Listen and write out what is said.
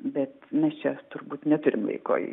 bet mes čia turbūt neturim laiko